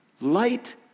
light